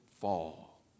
fall